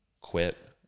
quit